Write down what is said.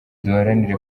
duharanire